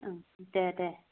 ओं दे दे